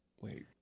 Wait